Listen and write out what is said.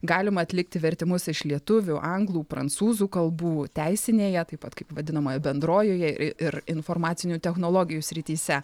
galima atlikti vertimus iš lietuvių anglų prancūzų kalbų teisinėje taip pat kaip vadinamoje bendrojoje i ir informacinių technologijų srityse